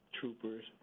troopers